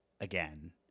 again